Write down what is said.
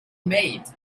made